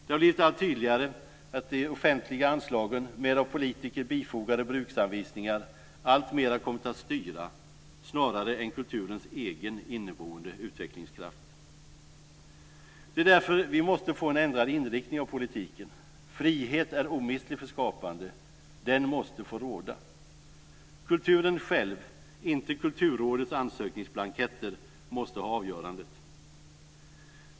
Det har blivit allt tydligare att de offentliga anslagen med av politiker bifogade bruksanvisningar allt mera kommit att styra, snarare än kulturens egen inneboende utvecklingskraft. Det är därför vi måste få en ändrad inriktning av politiken. Frihet är omistlig för skapande. Den måste få råda. Kulturen själv, inte Kulturrådets ansökningsblanketter, måste ha avgörandet.